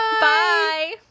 Bye